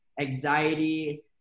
anxiety